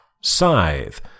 Scythe